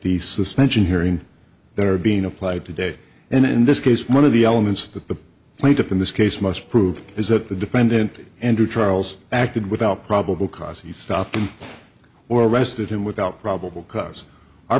the suspension hearing that are being applied today and in this case one of the elements that the plaintiff in this case must prove is that the defendant andrew charles acted without probable cause he stopped him or arrested him without probable cause